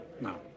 No